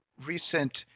recent